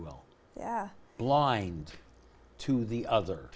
will yeah blind to the other